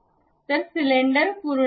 तर सिलिंडर पूर्ण झाले